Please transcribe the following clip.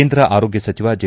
ಕೇಂದ್ರ ಆರೋಗ್ಗ ಸಚಿವ ಜೆ